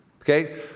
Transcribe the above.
okay